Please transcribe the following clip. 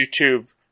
YouTube